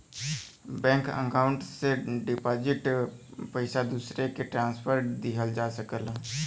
bank account से deposit पइसा दूसरे के ट्रांसफर किहल जा सकला